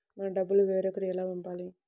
మన డబ్బులు వేరొకరికి ఎలా పంపాలి?